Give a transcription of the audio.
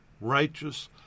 righteous